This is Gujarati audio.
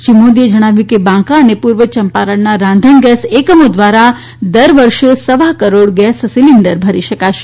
શ્રી મોદીએ જણાવ્યું કે બાંકા અને પુર્વ ચંપારણના રાંધણગેસ એકમો ધ્વારા દર વર્ષે સવા કરોડ ગેસ સીલીન્ડર ભરી શકાશે